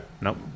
nope